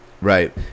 Right